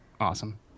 awesome